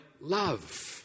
love